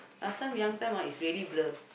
last time young time ah is really blur